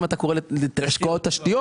אם אתם קורא להשקעות תשתיות,